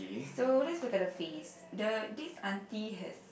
so let's look at her face the this auntie has